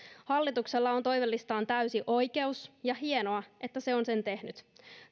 hallituksella on toivelistaan täysi oikeus ja hienoa että se on sen tehnyt